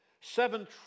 Seven